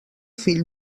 fill